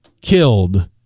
killed